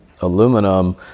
Aluminum